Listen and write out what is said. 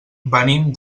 venim